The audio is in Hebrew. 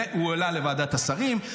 והוא עלה לוועדת השרים.